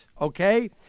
Okay